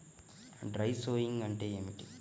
Dry sowing అంటే ఏమిటి?